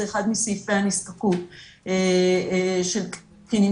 זה אחד מסעיפי הנזקקות של קטינים